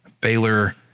Baylor